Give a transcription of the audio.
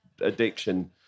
addiction